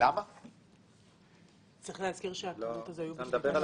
צריכים לפרסם את